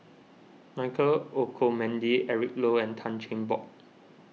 Michael Olcomendy Eric Low and Tan Cheng Bock